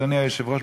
אדוני היושב-ראש,